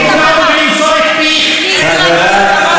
(אומר בערבית: את יכולה לשתוק?) אולי תוכלי לשתוק כשאני מדבר,